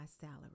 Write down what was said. salary